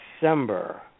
December